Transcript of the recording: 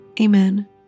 Amen